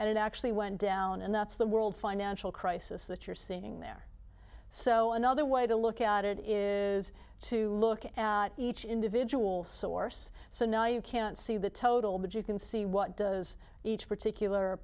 and it actually went down and that's the world financial crisis that you're seeing there so another way to look at it is to look at each individual source so no you can't see the total but you can see what is each particular